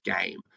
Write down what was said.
game